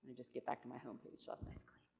just get back to my homepage on my screen.